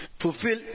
fulfill